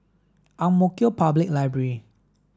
Ang Mo Kio Public Library